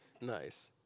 Nice